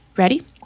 Ready